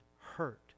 hurt